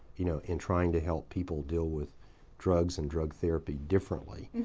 you know, in trying to help people deal with drugs and drug therapy differently.